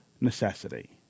Necessity